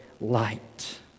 light